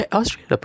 Australia